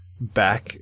back